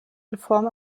reform